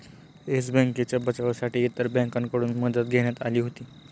yes बँकेच्या बचावासाठी इतर बँकांकडून मदत घेण्यात आली होती